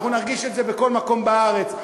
אנחנו נרגיש את זה בכל מקום בארץ.